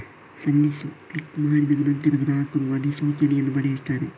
ಸಲ್ಲಿಸು ಕ್ಲಿಕ್ ಮಾಡಿದ ನಂತರ, ಗ್ರಾಹಕರು ಅಧಿಸೂಚನೆಯನ್ನು ಪಡೆಯುತ್ತಾರೆ